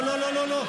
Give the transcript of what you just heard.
לא לא לא.